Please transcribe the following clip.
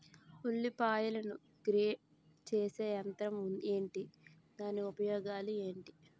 ఉల్లిపాయలను గ్రేడ్ చేసే యంత్రం ఏంటి? దాని ఉపయోగాలు ఏంటి?